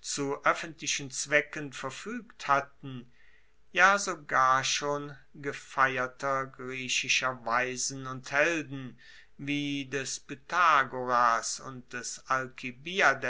zu oeffentlichen zwecken verfuegt hatten ja sogar schon gefeierter griechischer weisen und helden wie des pythagoras und des